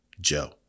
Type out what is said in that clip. Joe